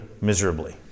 miserably